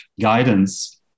guidance